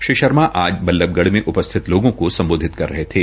श्री शर्मा आज बल्ल्भगढ़ में उपस्थित लोगों को संबोधित कर रहे थे